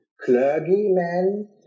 clergyman